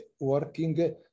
working